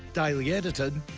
daily edited,